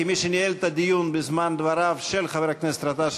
כמי שניהל את הדיון בזמן דבריו של חבר הכנסת גטאס,